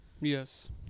Yes